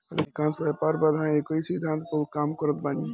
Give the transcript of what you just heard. अधिकांश व्यापार बाधाएँ एकही सिद्धांत पअ काम करत बानी